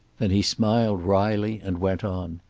then he smiled wryly and went on.